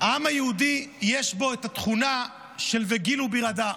העם היהודי, יש בו את התכונה של "וגילו ברעדה"